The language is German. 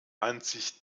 ansicht